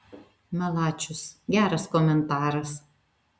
malačius geras komentaras